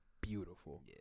beautiful